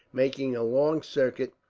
making a long circuit,